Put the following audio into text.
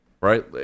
right